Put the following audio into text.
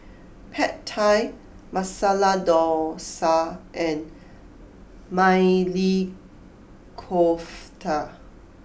Pad Thai Masala Dosa and Maili Kofta